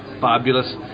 fabulous